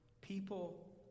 people